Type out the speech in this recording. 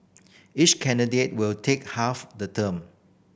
each candidate will take half the term